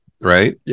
right